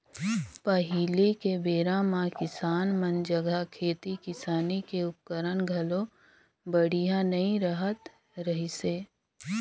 पहिली के बेरा म किसान मन जघा खेती किसानी के उपकरन घलो बड़िहा नइ रहत रहिसे